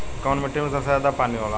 कौन मिट्टी मे सबसे ज्यादा पानी होला?